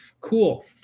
Cool